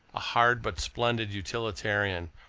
a hard but splendid utilitarian,